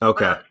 Okay